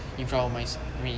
in front of my me